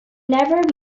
never